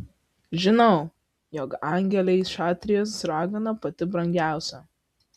žinau jog angelei šatrijos ragana pati brangiausia